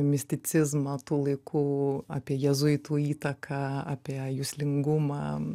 misticizmą tų laikų apie jėzuitų įtaką apie juslingumą